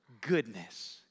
goodness